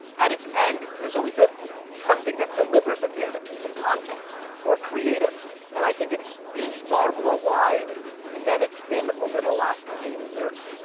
at its end there's always something that delivers at the end, a piece of content or creative and i think it's being far more wide than it's been over the last eighty years.